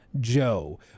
joe